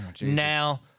Now